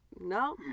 no